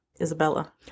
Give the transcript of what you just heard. Isabella